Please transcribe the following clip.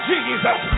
Jesus